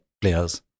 players